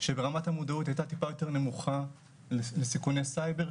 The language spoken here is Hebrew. שברמת המודעות הייתה טיפה יותר נמוכה לסיכוני סייבר,